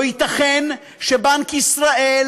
לא ייתכן שבנק ישראל,